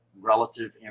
relative